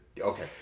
Okay